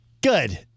Good